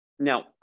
Now